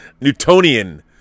Newtonian